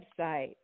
website